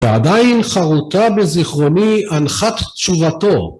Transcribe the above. ועדיין חרוטה בזיכרוני אנחת תשובתו.